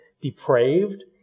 Depraved